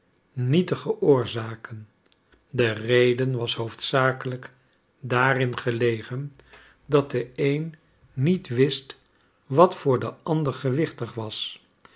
nietige oorzaken de reden was hoofdzakelijk daarin gelegen dat de een niet wist wat voor den ander gewichtig was